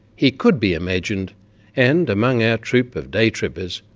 he could be imagined and, among our troop of day-trippers,